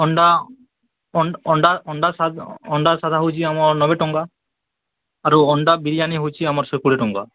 ଅଣ୍ଡା ଅଣ୍ଡା ଅଣ୍ଡା ଅଣ୍ଡା ହଉଛି ଆମର ନବେ ଟଙ୍କା ଅଣ୍ଡା ବିରିୟାନୀ ହଉଛି ଆମର ଶହେ କୋଡ଼ିଏ ଟଙ୍କା